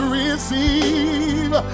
receive